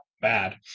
bad